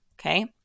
okay